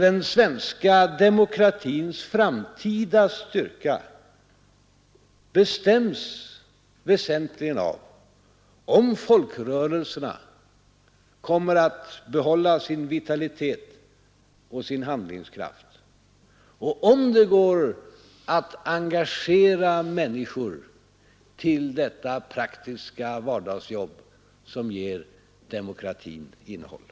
Den svenska demokratins framtida styrka bestäms väsentligen av om folkrörelserna kommer att behålla sin vitalitet och sin handlingskraft och om det går att engagera människor till detta praktiska vardagsjobb som ger demokratin innehåll.